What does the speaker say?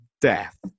death